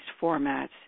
formats